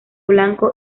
blanco